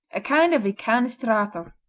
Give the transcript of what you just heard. a kind of incanestrato.